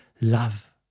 love